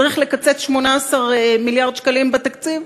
צריך לקצץ 18 מיליארד שקלים בתקציב?